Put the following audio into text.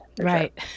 Right